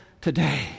today